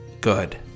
good